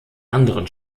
anderen